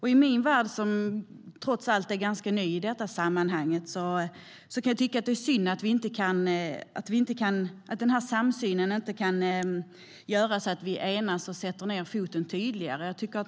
I min värld kan jag, som trots allt är ganska ny i sammanhanget, tycka att det är synd att denna samsyn inte kan göra att vi enas och sätter ned foten tydligare.